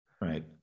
right